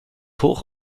hoch